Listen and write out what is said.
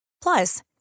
Plus